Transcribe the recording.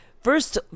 First